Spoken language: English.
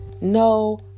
No